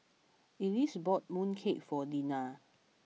Elyse bought Mooncake for Dinah